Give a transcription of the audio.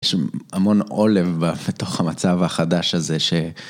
יש המון עולב בתוך המצב החדש הזה ש...